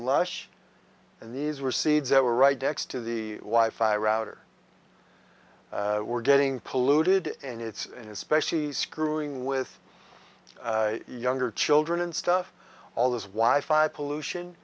lush and these were seeds that were right next to the y fire out or we're getting polluted and it's especially screwing with younger children and stuff all this why five pollution